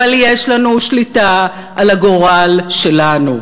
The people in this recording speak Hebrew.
אבל יש לנו שליטה על הגורל שלנו.